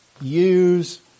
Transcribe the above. use